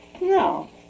No